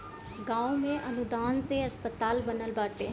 गांव में अनुदान से अस्पताल बनल बाटे